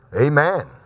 Amen